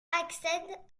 accède